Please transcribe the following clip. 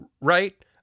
Right